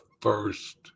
first